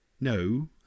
No